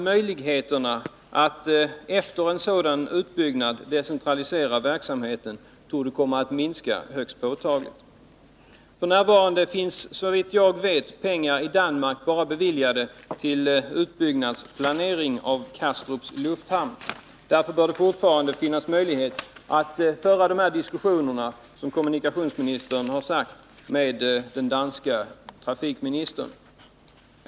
Möjligheterna att efter en sådan investering och utbyggnad decentralisera verksamheten torde komma att minska högst påtagligt. F. n. finns, såvitt jag vet, pengar i Danmark bara beviljade till utbyggnadsplanering när det gäller Kastrups lufthamn. Därför bör det fortfarande finnas möjlighet att föra dessa diskussioner, som kommunikationsministern har talat om, med den danske trafikministern.